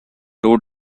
two